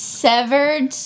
severed